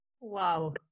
Wow